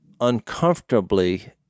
uncomfortably